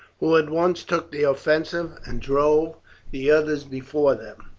who at once took the offensive and drove the others before them,